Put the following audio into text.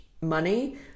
money